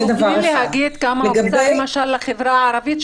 תוכלי להגיד כמה הוקצו למשל לחברה הערבית?